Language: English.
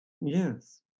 Yes